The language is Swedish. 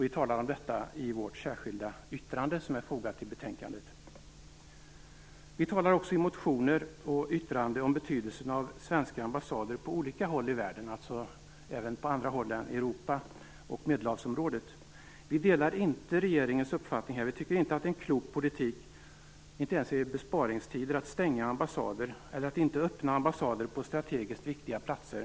Vi talar om detta i vårt särskilda yttrande som är fogat till betänkandet. Vi talar också i motioner och yttrande om betydelsen av svenska ambassader på olika håll i världen, alltså även på andra håll än i Europa och Medelhavsområdet. Vi delar inte regeringens uppfattning. Vi tycker inte att det är en klok politik - inte ens i besparingstider - att stänga ambassader eller att inte öppna ambassader på strategiskt viktiga platser.